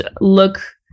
look